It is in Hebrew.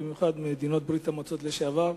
במיוחד מדינות ברית-המועצות לשעבר.